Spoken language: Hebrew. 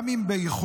גם אם באיחור,